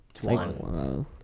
One